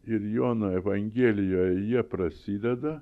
ir jono evangelijoj jie prasideda